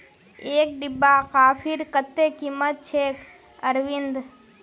एक डिब्बा कॉफीर कत्ते कीमत छेक अरविंद